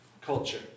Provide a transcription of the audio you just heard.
culture